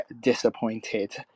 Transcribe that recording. disappointed